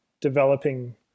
developing